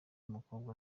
umukobwa